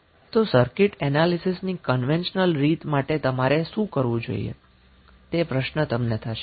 તો સર્કિટ એનાલીસીસની કન્વેન્શનલ રીત માટે તમારે શું કરવું જોઈએ તે પ્રશ્ન તમને થશે